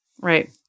Right